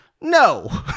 no